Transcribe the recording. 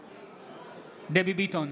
בעד דבי ביטון,